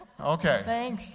Okay